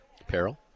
Apparel